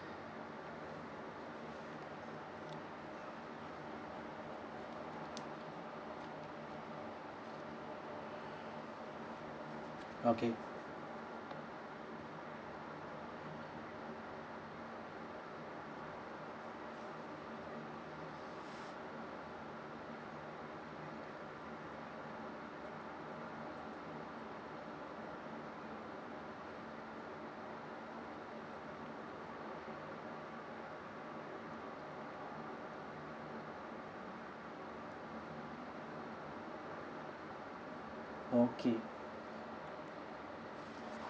okay okay